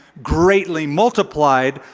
greatly multiplied.